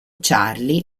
charlie